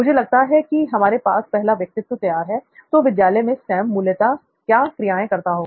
मुझे लगता है हमारे पास पहला व्यक्तित्व तैयार है तो विद्यालय में सैम मूलतः क्या क्रियाएं करता होगा